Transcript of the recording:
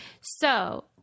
So-